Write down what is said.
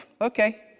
Okay